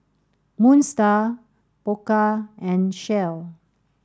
Moon Star Pokka and Shell